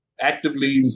actively